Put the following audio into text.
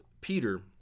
peter